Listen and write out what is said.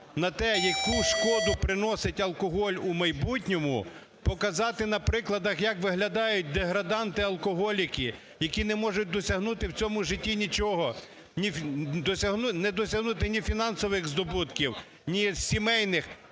на те, яку шкоду приносить алкоголь у майбутньому, показати на прикладах, як виглядають деграданти-алкоголіки, які не можуть досягнути у цьому життя нічого, не досягнути ні фінансових здобутків, ні сімейних,